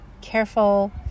careful